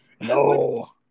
No